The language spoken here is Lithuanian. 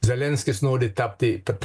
zelenskis nori tapti kad